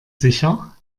sicher